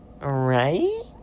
Right